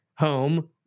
home